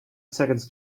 seconds